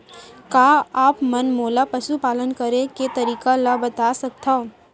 का आप मन मोला पशुपालन करे के तरीका ल बता सकथव?